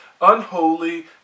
unholy